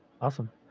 awesome